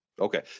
Okay